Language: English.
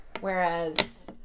Whereas